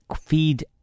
feed